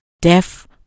deaf